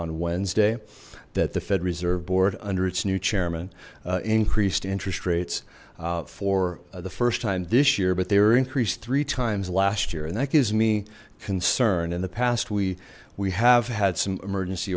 on wednesday that the fed reserve board under its new chairman increased interest rates for the first time this year but they were increased three times last year and that gives me concern in the past we we have had some emergency